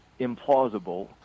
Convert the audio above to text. implausible